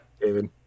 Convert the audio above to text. david